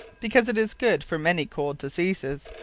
because it is good for many cold diseases,